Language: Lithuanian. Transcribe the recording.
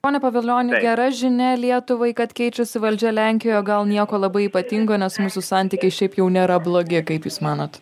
pone pavilioni gera žinia lietuvai kad keičiasi valdžia lenkijoje o gal nieko labai ypatingo nes mūsų santykiai šiaip jau nėra blogi kaip jūs manot